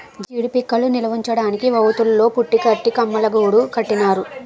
జీడీ పిక్కలు నిలవుంచడానికి వౌల్తులు తో పురికట్టి కమ్మలగూడు కట్టినారు